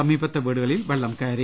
സമീപത്തെ വീടുകളിൽ വെള്ളം കയറി